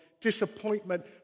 disappointment